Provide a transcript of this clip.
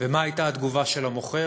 מה הייתה התגובה של המוכר?